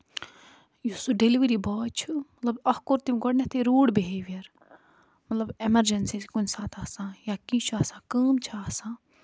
یُس سُہ delivery boy چھُ مطلب اَکھ کوٚر تٔمۍ گۄڈٕنٮ۪تھٕے روٗڈ بِہیور مطلب ایمَرجنسی چھےٚ کُنہِ ساتہٕ آسان یا کیٚنٛہہ چھُ آسان کٲم چھےٚ آسان